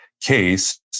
case